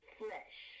flesh